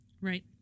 Right